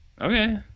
Okay